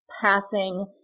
passing